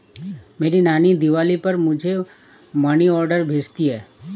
मेरी नानी दिवाली पर मुझे मनी ऑर्डर भेजती है